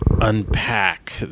unpack